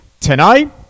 Tonight